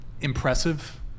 impressive